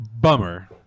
bummer